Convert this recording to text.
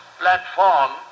platform